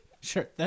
Sure